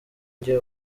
jye